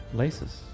laces